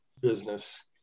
business